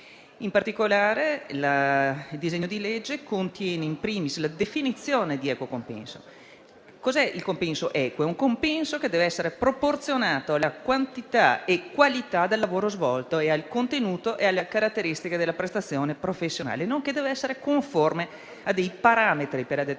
In particolare, il disegno di legge contiene la definizione di equo compenso, che è un compenso che dev'essere proporzionato alla quantità e alla qualità del lavoro svolto e al contenuto e alle caratteristiche della prestazione professionale, nonché conforme a parametri per la sua determinazione.